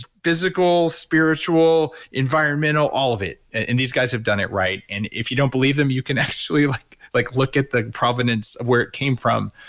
physical spiritual, environmental, all of it and these guys have done it right. and if you don't believe them you can actually like like look at the provenance of where it came from.